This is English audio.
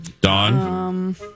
Don